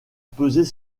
peser